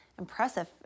Impressive